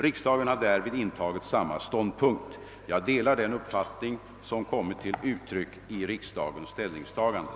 Riksdagen har därvid intagit samma ståndpunkt. Jag delar den uppfattning som kommit till uttryck i riksdagens ställningstaganden.